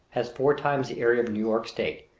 has four times the area of new york state,